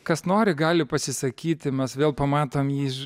kas nori gali pasisakyti mes vėl pamatom jį